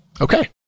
Okay